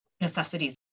necessities